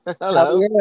Hello